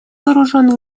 вооруженных